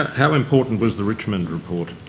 how important was the richmond report?